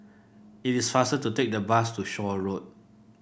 it is faster to take the bus to Shaw Road